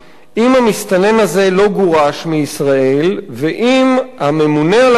אם המסתנן הזה לא גורש מישראל ואם הממונה על הגבולות